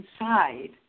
inside